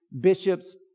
bishops